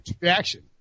reaction